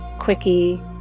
quickie